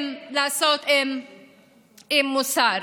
עם מוסר.